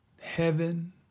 heaven